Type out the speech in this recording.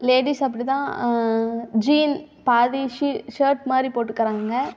ladies அப்படி தான் jean பாதி ஷி ஷர்ட் மாதிரி போட்டுக்கிறாங்க